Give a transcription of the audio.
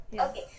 Okay